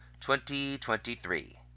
2023